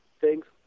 thanks